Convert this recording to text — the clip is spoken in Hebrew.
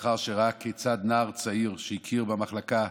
לאחר שראה כיצד נער צעיר שהכיר במחלקה,